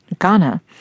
Ghana